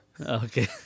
Okay